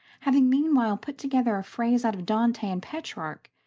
having meanwhile put together a phrase out of dante and petrarch,